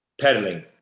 pedaling